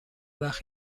وخت